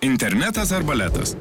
internetas ar baletas